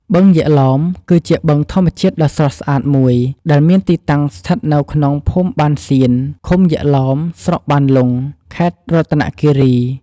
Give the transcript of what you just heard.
បឹងយក្សឡោម គឺជាបឹងធម្មជាតិដ៏ស្រស់ស្អាតមួយ ដែលមានទីតាំងស្ថិតនៅក្នុងភូមិបានសៀន ឃុំយក្សឡោម ស្រុកបានលុង ខេត្តរតនគិរី។